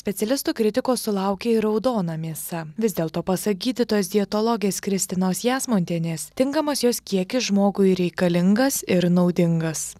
specialistų kritikos sulaukė ir raudona mėsa vis dėlto pasak gydytojos dietologės kristinos jasmontienės tinkamas jos kiekis žmogui reikalingas ir naudingas